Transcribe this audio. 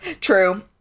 True